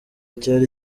cyari